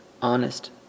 honest